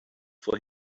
for